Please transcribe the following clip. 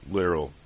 Literal